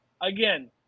Again